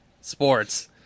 Sports